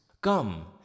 Come